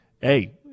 hey